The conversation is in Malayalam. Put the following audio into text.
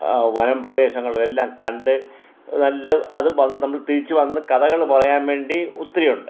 വനം പ്രദേശങ്ങളും എല്ലാം കണ്ട് നല്ല അത് നമ്മൾ തിരിച്ച് വന്ന് കഥകള് പറയാൻ വേണ്ടി ഒത്തിരിയുണ്ട്